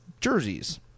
jerseys